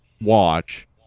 watch